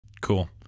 Cool